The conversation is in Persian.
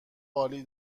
عالی